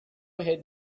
ahead